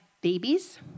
babies